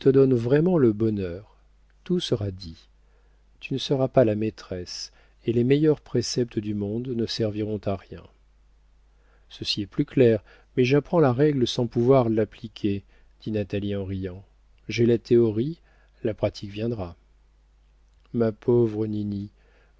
vraiment le bonheur tout sera dit tu ne seras pas la maîtresse et les meilleurs préceptes du monde ne serviront à rien ceci est plus clair mais j'apprends la règle sans pouvoir l'appliquer dit natalie en riant j'ai la théorie la pratique viendra ma pauvre ninie